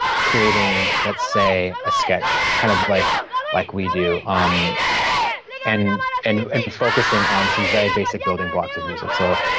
creating, let's say, a sketch, kind of like like we do, um and and and focusing on some very basic building blocks of music. so,